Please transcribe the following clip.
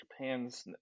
Japan's